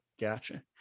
gotcha